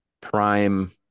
prime